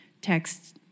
texts